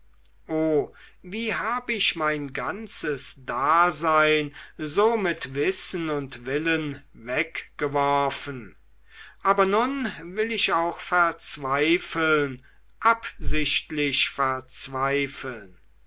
o wie hab ich mein ganzes dasein so mit wissen und willen weggeworfen aber nun will ich auch verzweifeln absichtlich verzweifeln